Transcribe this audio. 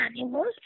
animals